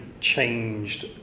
changed